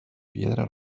piedra